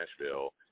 Nashville